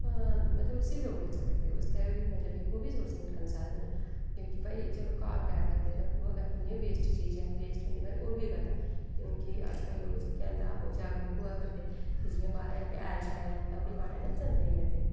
ते उसी बी लोक बेचा करदे मतलब ओह्बी सोर्स ऑफ इनकम ऐ क्योंकि घाऽ बगैरा खंदे ते गोहा इ'यां बी वेस्ट चीज ऐ वेस्ट होंदी ऐ पर ओह्बी बिका करदा क्योंकि अजकल लोक जेह्के न ओह् जागरूक होआ करदे ते बाह्रै दा जेह्के हैल न उ'नें गी पाना पसंद नेईं करदे